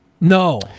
No